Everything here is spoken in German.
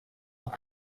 auch